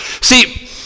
See